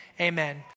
amen